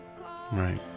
Right